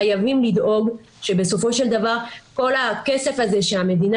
חייבים לדאוג שבסופו של דבר כל הכסף הזה שהמדינה